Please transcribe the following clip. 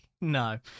No